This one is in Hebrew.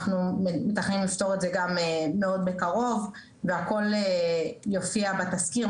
אנחנו מתכננים לפתור את זה גם מאוד בקרוב והכול יופיע בתזכיר,